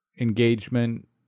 engagement